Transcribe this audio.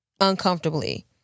uncomfortably